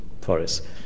forests